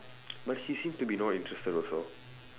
but she seem to be not interested also